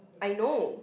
I know